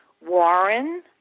Warren